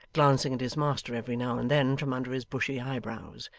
glancing at his master every now and then from under his bushy eyebrows,